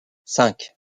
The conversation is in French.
cinq